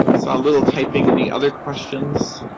saw a little typing. any other questions?